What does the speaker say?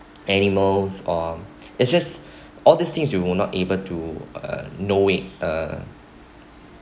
animals or it's just all these things you will not able to uh know it uh